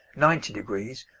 ninety degrees